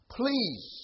please